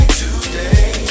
today